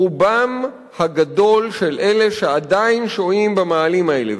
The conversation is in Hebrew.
רובם הגדול של אלה שעדיין שוהים במאהלים האלה,